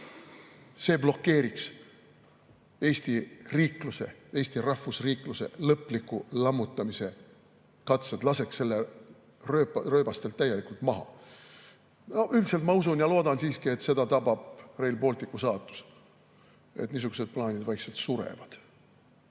riikluse, Eesti rahvusriikluse lõpliku lammutamise katsed, laseks selle rööbastelt täielikult maha. Üldiselt ma usun ja loodan siiski, et seda tabab Rail Balticu saatus: niisugused plaanid vaikselt surevad,